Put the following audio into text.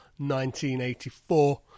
1984